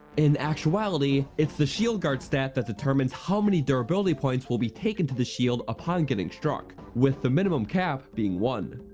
in actuality, its the shield guard stat determines how many durability points will be taken to the shield upon getting struck, with the minimum cap being one.